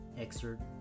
excerpt